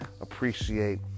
appreciate